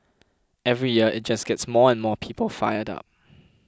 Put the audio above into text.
every year it just gets more and more people fired up